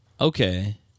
Okay